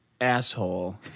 asshole